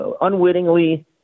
unwittingly